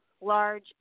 large